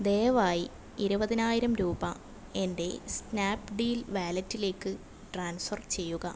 ദയവായി ഇരുപതിനായിരം രൂപ എൻ്റെ സ്നാപ്ഡീൽ വാലറ്റിലേക്ക് ട്രാൻസ്ഫർ ചെയ്യുക